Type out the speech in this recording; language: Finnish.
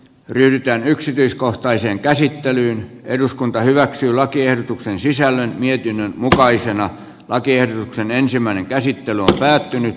yhtään yksityiskohtaiseen käsittelyyn eduskunta hyväksyi lakiehdotuksen sisällön mietinnön mukaisena pakerruksen ensimmäinen käsittely on päättynyt